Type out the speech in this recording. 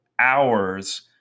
hours